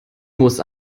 muss